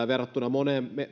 moneen